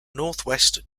northwest